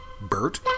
Bert